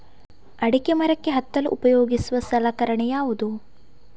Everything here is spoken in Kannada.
ಅಡಿಕೆ ಮರಕ್ಕೆ ಹತ್ತಲು ಉಪಯೋಗಿಸುವ ಸಲಕರಣೆ ಯಾವುದು?